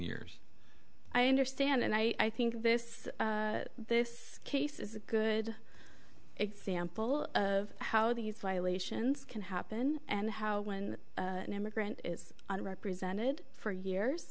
years i understand and i think this this case is a good example of how these violations can happen and how when an immigrant is on represented for years